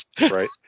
right